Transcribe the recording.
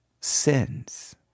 sins